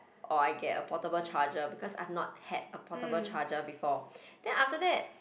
or I get a portable charger because I've not had a portable charger before then after that